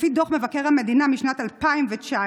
לפי דוח מבקר המדינה משנת 2019,